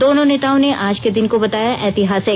दोनों नेताओं ने आज के दिन को बताया ऐतिहासिक